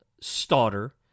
starter